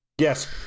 Yes